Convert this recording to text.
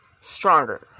stronger